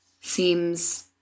seems